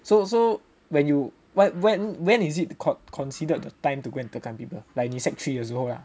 so so when you when when when is it the con~ considered the time to go and tekan people like 你 sec three 的时候 ah